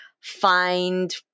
find